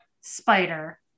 spider